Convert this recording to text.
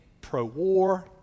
pro-war